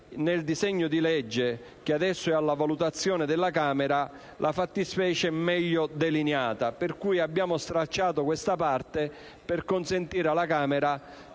quel disegno di legge, che adesso è alla valutazione della Camera, la fattispecie fosse meglio delineata. Per cui, abbiamo stralciato questa parte, per consentire alla Camera